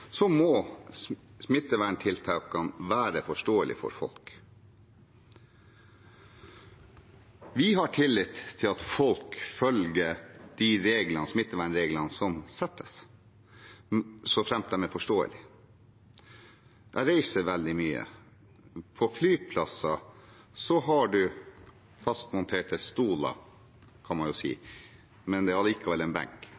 til at folk følger de smittevernreglene som fastsettes, så framt de er forståelige. Jeg reiser veldig mye. På flyplasser har man fastmonterte stoler, kan man si, men det er likevel en benk.